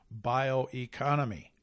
bioeconomy